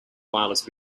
wireless